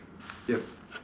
yup